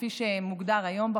כפי שמוגדר היום בחוק,